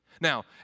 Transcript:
Now